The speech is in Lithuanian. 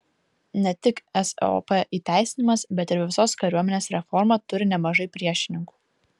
ne tik sop įteisinimas bet ir visos kariuomenės reforma turi nemažai priešininkų